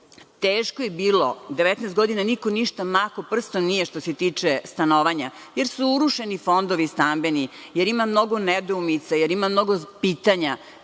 teško je bilo 19 godina, niko ništa prstom makao nije što se tiče stanovanja jer su urušeni fondovi stambeni, jer ima mnogo nedoumica, jer ima mnogo pitanja.